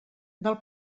del